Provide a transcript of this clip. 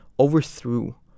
Overthrew